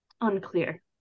unclear